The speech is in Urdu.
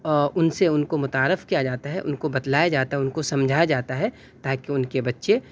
او ان سے ان کو متعارف کیا جاتا ہے ان کو بتلایا جاتا ہے ان کو سمجھایا جاتا ہے تاکہ ان کے بچے